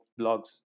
blogs